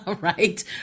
Right